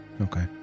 okay